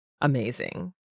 amazing